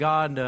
God